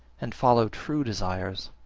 and follow true desires.